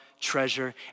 treasure